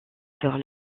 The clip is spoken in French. vers